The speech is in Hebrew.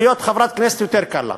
להיות חברת כנסת יותר קל לה.